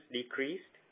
decreased